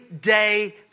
day